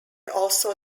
also